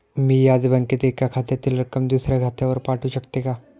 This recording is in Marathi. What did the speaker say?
मी याच बँकेत एका खात्यातील रक्कम दुसऱ्या खात्यावर पाठवू शकते का?